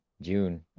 June